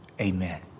Amen